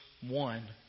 one